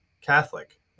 Catholic